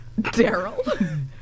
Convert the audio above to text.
Daryl